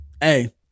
hey